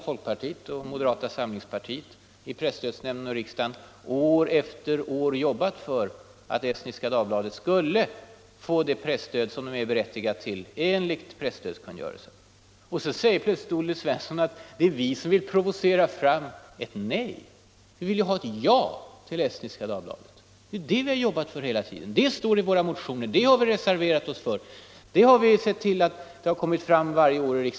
Folkpartiet och moderata samlingspartiet i presstödsnämnden och i riksdagen har år efter år jobbat för att Estniska Dagbladet skulle få det presstöd som tidningen är berättigad till enligt presstödskungörelsen. Så säger plötsligt Olle Svensson att det är vi som vill provocera fram ett nej! Vi vill ju ha ett ja till Estniska Dagbladet. Det är det vi har jobbat för hela tiden. Det är det som står i våra motioner. Det har vi reserverat oss till förmån för.